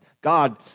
God